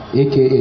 aka